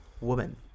woman